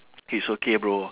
is okay bro